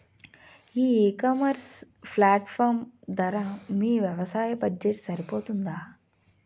ఈ ecommerce platform ధర మీ వ్యవసాయ బడ్జెట్ సరిపోతుందా?